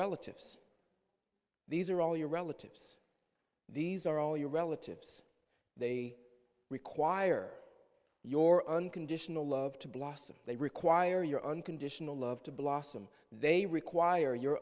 relatives these are all your relatives these are all your relatives they require your unconditional love to blossom they require your unconditional love to blossom they require you